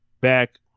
back